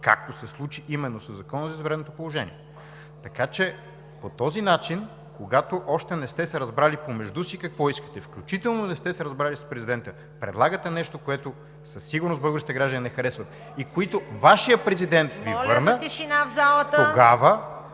както се случи със Закона за извънредното положение. По този начин, когато още не сте се разбрали помежду си какво искате, включително не сте се разбрали с президента, предлагате нещо, което със сигурност българските граждани не харесват и което Вашият президент (бурна